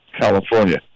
California